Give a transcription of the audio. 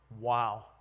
Wow